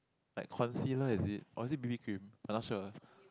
like concealer is it or is it b_b cream I not sure